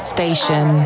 Station